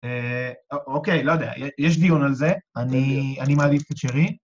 אוקיי, לא יודע, יש דיון על זה, אני מעדיף את שלי.